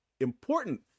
important